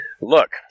look